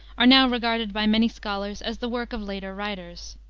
are now regarded by many scholars as the work of later writers.